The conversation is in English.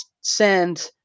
send –